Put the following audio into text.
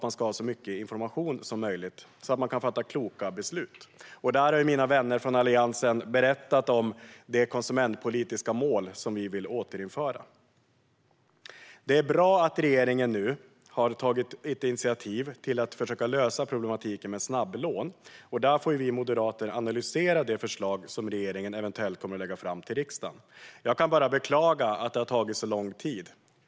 Man ska ha så mycket information som möjligt så att man kan fatta kloka beslut. Här har mina vänner från Alliansen berättat om de konsumentpolitiska mål som vi vill återinföra. Det är bra att regeringen nu har tagit initiativ till att försöka lösa problematiken med snabblån. Här får vi moderater analysera det förslag som regeringen eventuellt kommer att lägga fram till riksdagen. Jag kan bara beklaga att det har tagit så lång tid.